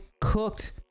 cooked